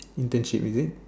internship is it